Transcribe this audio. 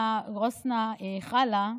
יונה גוסנא חלא,